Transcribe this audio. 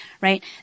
right